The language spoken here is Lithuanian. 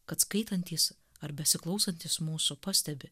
kad skaitantys ar besiklausantys mūsų pastebi